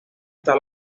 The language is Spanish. está